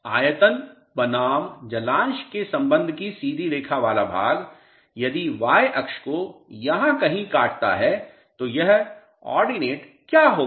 आयतन बनाम जलांश के संबंध की सीधी रेखा वाला भाग यदि y अक्ष को यहाँ कहीं काटता है तो यह ऑर्डिनटे क्या होगा